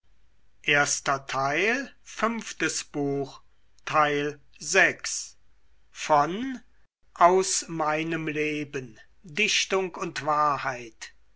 goethe aus meinem leben dichtung und wahrheit